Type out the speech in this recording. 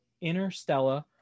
Interstellar